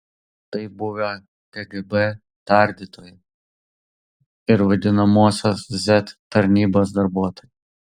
tai buvę kgb tardytojai ir vadinamosios z tarnybos darbuotojai